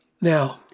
Now